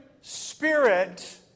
spirit